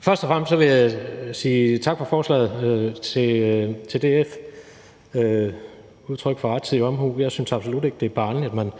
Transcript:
Først og fremmest vil jeg sige tak til DF for forslaget. Det er udtryk for rettidig omhu. Jeg synes absolut ikke, det er barnligt, at man